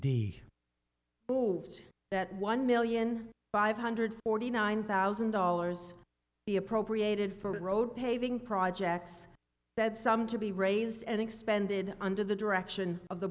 fools that one million five hundred forty nine thousand dollars be appropriated for road paving projects that sum to be raised and expended under the direction of the